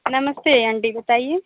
नमस्ते अंटी बताइए